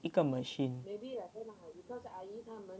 一个 machine